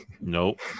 nope